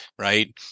right